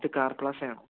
ഇത് കാർ പ്ലാസയാണോ